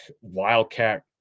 wildcat